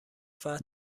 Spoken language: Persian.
فتح